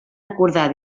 acordar